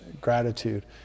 gratitude